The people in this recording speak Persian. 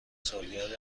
سالگرد